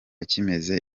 kimaze